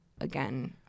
again